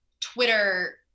twitter